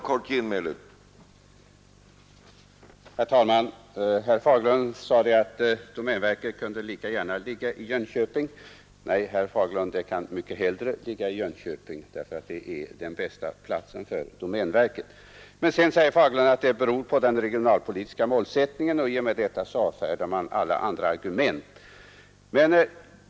Herr talman! Herr Fagerlund sade att domänverket kunde lika gärna ligga i Jönköping. Nej, herr Fagerlund, det kan mycket hellre ligga i Jönköping, ty det är den bästa platsen för domänverket. Han säger också att det beror på den regionalpolitiska målsättningen att domänverket förlades till Falun-Borlänge och i och med detta avfärdar man alla andra argument.